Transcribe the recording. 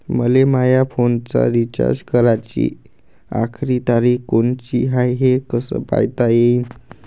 मले माया फोनचा रिचार्ज कराची आखरी तारीख कोनची हाय, हे कस पायता येईन?